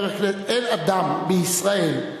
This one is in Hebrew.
איך אדם בישראל,